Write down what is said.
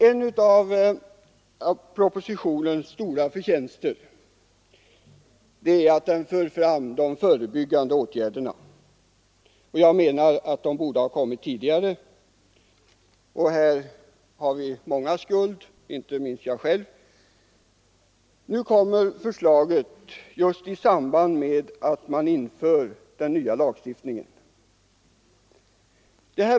En av propositionens stora förtjänster är att den för fram de förebyggande åtgärderna. Jag menar att de borde ha kommit tidigare, men här har vi många skuld — inte minst jag själv. Nu kommer alltså förslaget just i samband med att vi genomför den nya lagstiftningen.